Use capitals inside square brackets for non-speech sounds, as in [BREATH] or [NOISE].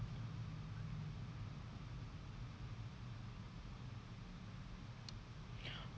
[BREATH]